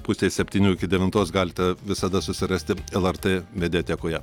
pusės septynių iki devintos galite visada susirasti lrt mediatekoje